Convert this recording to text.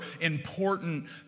important